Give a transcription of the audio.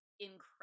Incredible